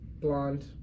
Blonde